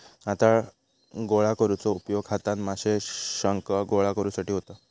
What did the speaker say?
हातान गोळा करुचो उपयोग हातान माशे, शंख गोळा करुसाठी होता